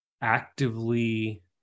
actively